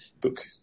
book